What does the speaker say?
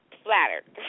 flattered